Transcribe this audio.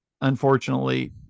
unfortunately